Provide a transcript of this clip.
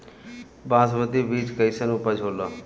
बासमती बीज कईसन उपज होला?